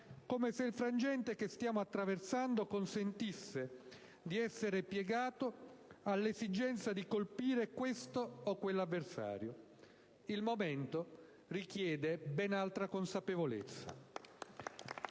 come se il frangente che stiamo attraversando consentisse di essere piegato all'esigenza di colpire questo o quell'avversario. Il momento richiede ben altra consapevolezza.